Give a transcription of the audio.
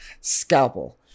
Scalpel